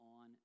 on